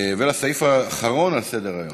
הסעיף האחרון על סדר-היום,